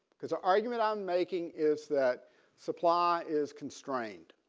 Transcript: because our argument i'm making is that supply is constrained.